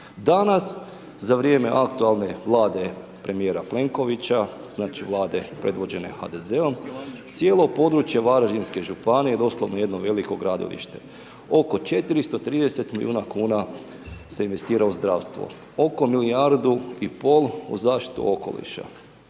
Danas, za vrijeme aktualne Vlade premijera Plenkovića, znači, Vlade predvođene HDZ-om, cijelo područje Varaždinske županije je doslovno jedno veliko gradilište. Oko 430 milijuna kuna se investira u zdravstvo, oko milijardu i pol u zaštitu okoliša,